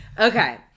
Okay